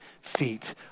feet